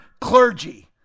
clergy